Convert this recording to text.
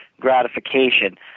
gratification